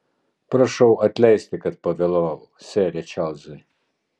prašau atleisti kad pavėlavau sere čarlzai